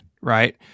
right